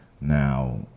Now